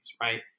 right